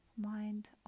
mind